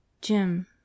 Jim